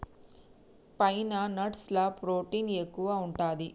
pine nuts ల protein ఎక్కువు ఉంటది